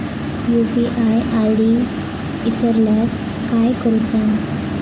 UPI ID इसरल्यास काय करुचा?